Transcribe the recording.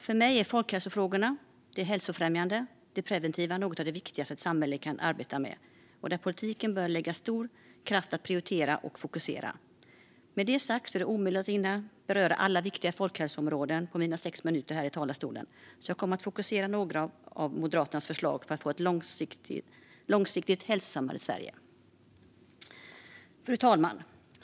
För mig är folkhälsofrågorna, det hälsofrämjande, det preventiva, något av de viktigaste som ett samhälle kan arbeta med. Politiken bör lägga stor kraft på att prioritera och fokusera. Med det sagt är det omöjligt att hinna beröra alla viktiga folkhälsoområden på mina sex minuter i talarstolen. Jag kommer därför att fokusera på några av Moderaternas förslag för ett långsiktigt hälsosammare Sverige. Fru talman!